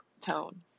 tone